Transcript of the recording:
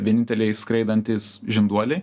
vieninteliai skraidantys žinduoliai